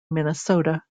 minnesota